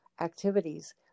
activities